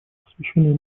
посвященное